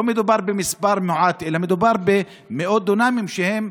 לא מדובר במספר מועט אלא מדובר במאות דונמים שהם,